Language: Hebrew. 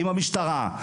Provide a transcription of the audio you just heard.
עם המשטרה,